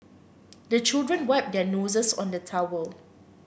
the children wipe their noses on the towel